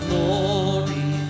Glory